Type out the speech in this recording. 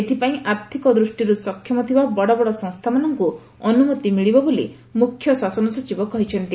ଏଥପାଇଁ ଆର୍ଥକ ଦୃଷ୍ଷିରୁ ସକ୍ଷମ ଥିବା ବଡ ବଡ ସଂସ୍ରାମାନଙ୍କୁ ଅନୁମତି ମିଳିବ ବୋଲି ମୁଖ୍ୟ ଶାସନ ସଚିବ କହିଛନ୍ତି